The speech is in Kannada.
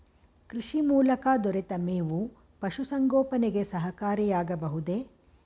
ಕೃಷಿ ಮೂಲಕ ದೊರೆತ ಮೇವು ಪಶುಸಂಗೋಪನೆಗೆ ಸಹಕಾರಿಯಾಗಬಹುದೇ?